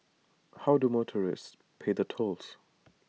how do motorists pay the tolls